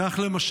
2. כך למשל,